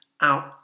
out